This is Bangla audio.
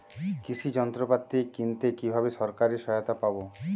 কৃষি যন্ত্রপাতি কিনতে কিভাবে সরকারী সহায়তা পাব?